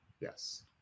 Yes